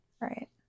right